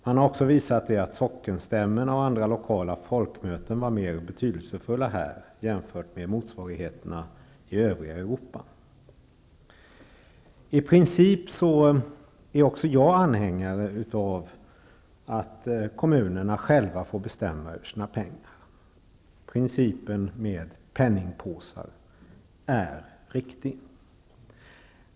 Man har också visat att sockenstämmorna och andra lokala folkmöten här var mer betydelsfulla än motsvarigheterna i det övriga Europa. I princip är också jag anhängare av att kommunerna själva får bestämma över sina pengar. Principen med penningpåsar är riktig.